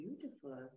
beautiful